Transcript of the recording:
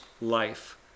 life